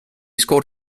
scored